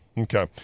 Okay